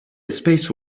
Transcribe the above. space